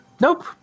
Nope